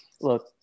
look